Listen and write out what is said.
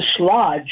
dislodge